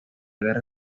guerra